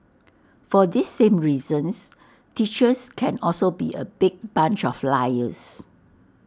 for these same reasons teachers can also be A big bunch of liars